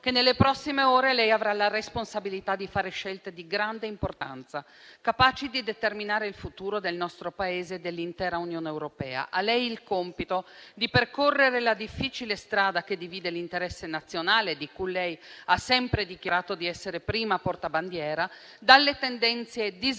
che nelle prossime ore lei avrà la responsabilità di fare scelte di grande importanza, capaci di determinare il futuro del nostro Paese e dell'intera Unione europea. A lei il compito di percorrere la difficile strada che divide l'interesse nazionale, di cui lei ha sempre dichiarato di essere prima portabandiera, dalle tendenze disgregazioniste,